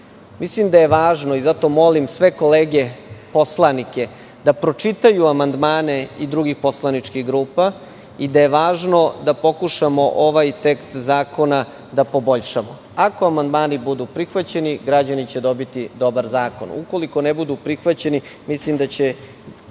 da je važno i zato molim sve kolege poslanike da pročitaju amandmane i drugih poslaničkih grupa i da je važno da pokušamo ovaj tekst zakona da poboljšamo. Ako amandmani budu prihvaćeni, građani će dobiti dobar zakon. Ukoliko ne budu prihvaćeni, mislim da ćemo